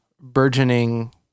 burgeoning